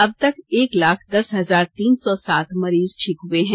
अबतक एक लाख दस हजार तीन सौ सात मरीज ठीक हुए है